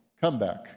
comeback